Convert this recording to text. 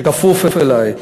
שכפופה אלי.